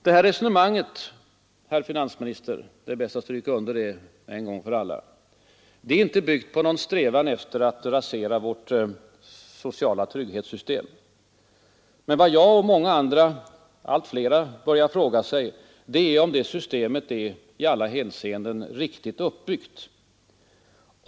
Detta resonemang, herr finansminister, är inte — det är bäst att stryka under det en gång för alla — byggt på någon strävan att rasera vårt sociala trygghetssystem. Vad jag och allt flera andra frågar är om detta system är i alla hänseenden riktigt uppbyggt.